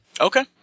Okay